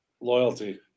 Loyalty